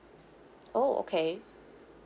oh okay